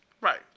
Right